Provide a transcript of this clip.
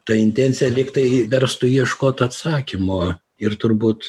ta intencija lyg tai verstų ieškot atsakymo ir turbūt